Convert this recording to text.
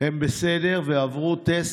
בסדר ועברו טסט,